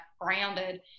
grounded